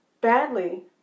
badly